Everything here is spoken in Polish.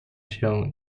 się